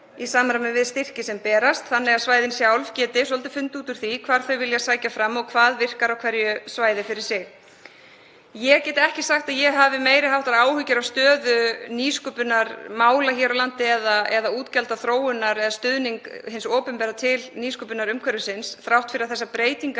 þannig að svæðin sjálf geti svolítið fundið út úr því hvar þau vilja sækja fram og hvað virkar á hverju svæði fyrir sig. Ég get ekki sagt að ég hafi meiri háttar áhyggjur af stöðu nýsköpunarmála hér á landi eða útgjaldaþróun eða stuðningi hins opinbera til nýsköpunarumhverfisins þrátt fyrir að þær breytingar